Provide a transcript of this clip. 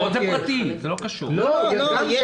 עם